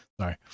Sorry